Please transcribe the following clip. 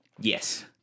Yes